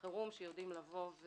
חירום שיודעים לבוא,